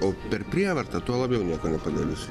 o per prievartą tuo labiau nieko nepadarysi